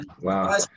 wow